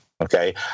okay